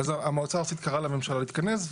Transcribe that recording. אז המועצה הארצית קראה לממשלה להתכנס.